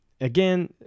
again